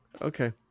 Okay